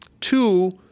two